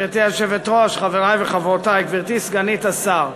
גברתי היושבת-ראש, חברי וחברותי, גברתי סגנית השר,